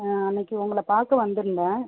ஆ அன்னைக்கு உங்களை பார்க்க வந்திருந்தேன்